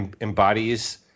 embodies